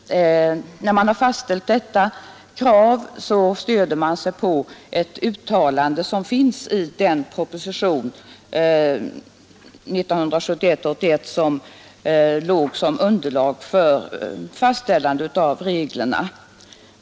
När man fastställt detta krav har man stött sig på ett uttalande som finns i propositionen 81 år 1971, som utgjorde underlag för fastställande av reglerna.